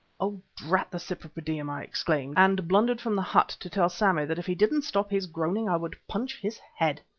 oh! drat the cypripedium! i exclaimed, and blundered from the hut to tell sammy that if he didn't stop his groaning i would punch his head.